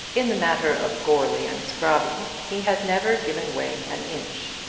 in the matter of goarly and scrobby he had never given way an inch.